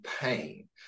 pain